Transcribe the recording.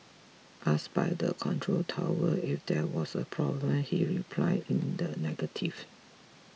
asked by the control tower if there was a problem he replied in the negative